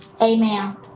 Amen